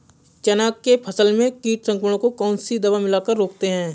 चना के फसल में कीट संक्रमण को कौन सी दवा मिला कर रोकते हैं?